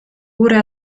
pure